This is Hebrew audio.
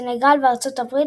סנגל וארצות הברית,